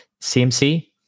CMC